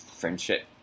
Friendship